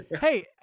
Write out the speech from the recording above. Hey